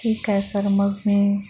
ठीक आहे सर मग मी